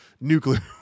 nuclear